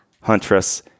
huntress